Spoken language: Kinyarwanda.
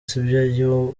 sibyo